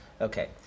okay